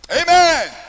Amen